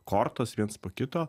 kortos viens po kito